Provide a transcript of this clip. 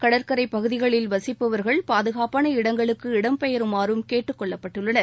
கடற்கரை பகுதிகளில் வசிப்பவர்கள் பாதுகாப்பான இடங்களுக்கு இம் பெயருமாறும் கேட்டுக்கொள்ளப்பட்டுள்ளனர்